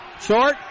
short